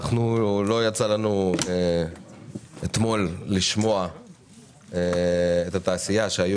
לא יצא לנו אתמול לשמוע את התעשייה שהיו